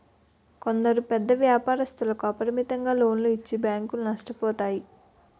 కొందరు పెద్ద వ్యాపారస్తులకు అపరిమితంగా లోన్లు ఇచ్చి బ్యాంకులు నష్టపోతాయి